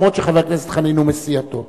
למרות שחבר הכנסת חנין הוא מסיעתו.